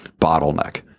bottleneck